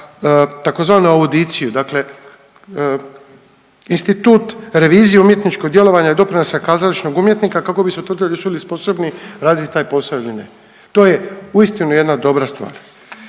za tzv. audiciju, dakle institut revizije umjetničkog djelovanja doprinosa kazališnog umjetnika kako bi se utvrdilo jesu li sposobni raditi taj posao ili ne. To je uistinu jedna dobra stvar.